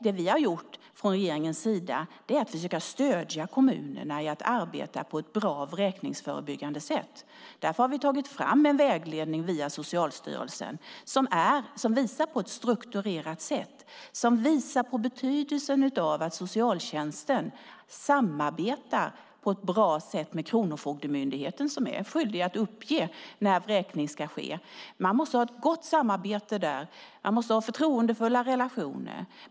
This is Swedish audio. Det vi har gjort från regeringens sida är att försöka stödja kommunerna i att arbeta på ett bra vräkningsförebyggande sätt. Därför har vi tagit fram en vägledning via Socialstyrelsen som visar på ett strukturerat sätt, som visar på betydelsen av att socialtjänsten samarbetar på ett bra sätt med Kronofogdemyndigheten, som är skyldig att uppge när vräkning ska ske. Man måste ha ett gott samarbete där. Man måste ha förtroendefulla relationer.